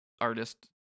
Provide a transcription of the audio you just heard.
artist